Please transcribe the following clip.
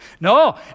No